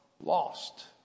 lost